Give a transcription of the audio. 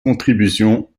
contributions